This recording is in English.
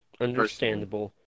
Understandable